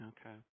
Okay